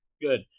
good